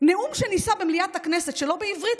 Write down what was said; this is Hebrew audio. "נאום שנישא במליאת הכנסת שלא בעברית,